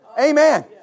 Amen